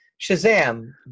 Shazam